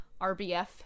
RBF